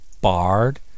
barred